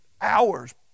hours